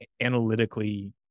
analytically